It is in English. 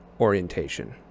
orientation